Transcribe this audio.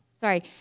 Sorry